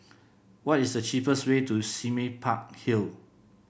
what is the cheapest way to Sime Park Hill